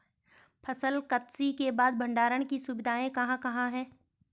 फसल कत्सी के बाद भंडारण की सुविधाएं कहाँ कहाँ हैं?